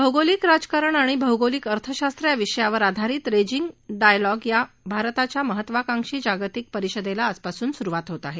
भौगोलिक राजकारण आणि भौगोलिक अर्थशास्त्र या विषयावर आधारित रेजिंग डायलॉग या भारताच्या महत्त्वाकांक्षी जागतिक परिषदेला आजपासून सुरुवात होत आहे